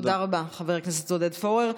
תודה רבה, חבר הכנסת עודד פורר.